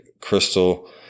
Crystal